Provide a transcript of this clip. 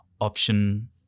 option